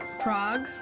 Prague